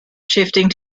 shifting